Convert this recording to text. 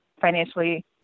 financially